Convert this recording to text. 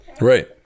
right